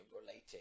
relating